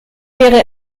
wäre